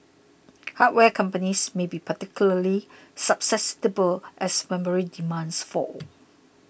hardware companies may be particularly susceptible as memory demand falls